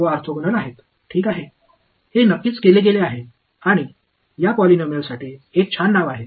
இது கண்டிப்பாக செய்யப்படுகிறது இந்த பாலினாமியல்களுக்கு மிக நல்ல பெயர் உள்ளது